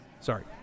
Sorry